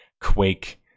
Quake